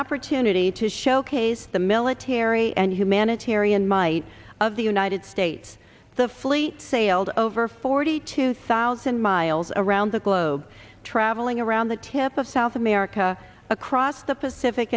opportunity to showcase the military and humanitarian might of the united states the flea sailed over forty two thousand miles around the globe travelling around the tip of south america across the pacific